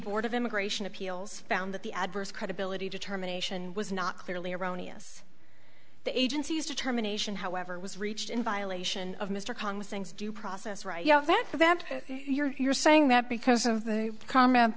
board of immigration appeals found that the adverse credibility determination was not clearly erroneous the agency's determination however was reached in violation of mr congress things due process rights that you're saying that because of the comment